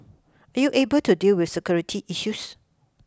are you able to deal with security issues